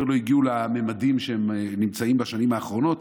עוד לא הגיעו לממדים שלו בשנים האחרונות,